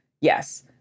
Yes